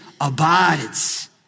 abides